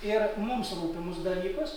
ir mums rūpimus dalykus